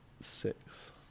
six